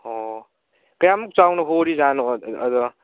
ꯑꯣ ꯀꯌꯥꯝꯃꯨꯛ ꯆꯥꯎꯅ ꯍꯣꯔꯤꯖꯥꯠꯅꯣ ꯑꯗꯣ